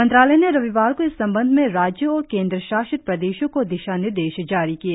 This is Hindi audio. मंत्रालय ने रविवार को इस संबंध में राज्यों और केन्द्र शासित प्रदेशों को दिशा निर्देश जारी किए